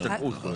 השתקעות.